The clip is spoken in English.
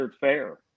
fair